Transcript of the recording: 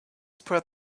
spread